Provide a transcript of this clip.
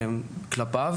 אליו.